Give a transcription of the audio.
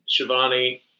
Shivani